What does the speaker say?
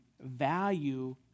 value